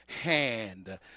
hand